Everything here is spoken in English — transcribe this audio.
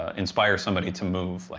ah inspire somebody to move. like,